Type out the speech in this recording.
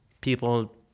people